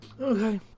Okay